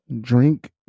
Drink